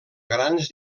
grans